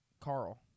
Carl